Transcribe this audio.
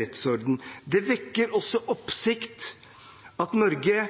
rettsorden. Det vekker også oppsikt at Norge